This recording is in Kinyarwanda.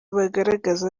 bagaragaza